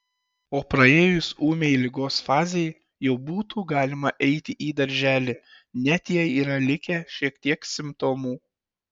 o praėjus ūmiai ligos fazei jau būtų galima eiti į darželį net jei yra likę šiek tiek simptomų